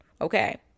okay